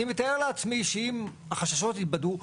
אני מתאר לעצמי שאם החששות יתבדו,